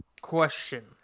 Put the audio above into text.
Question